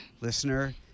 Listener